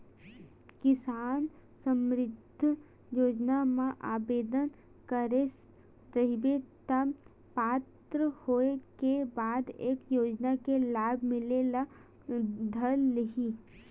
किसान समरिद्धि योजना म आबेदन करे रहिबे त पात्र होए के बाद ए योजना के लाभ मिले ल धर लिही